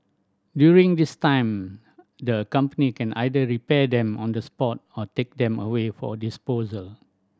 during this time the company can either repair them on the spot or take them away for a disposal